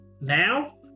now